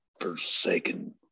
forsaken